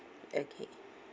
okay